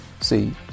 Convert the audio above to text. See